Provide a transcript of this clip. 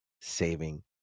saving